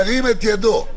ירים את ידו.